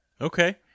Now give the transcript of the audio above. Okay